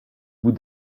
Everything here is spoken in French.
bout